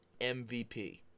MVP